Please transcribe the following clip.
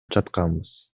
жатканбыз